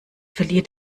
verliert